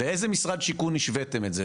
לאיזה משרד שיכון השוויתם את זה?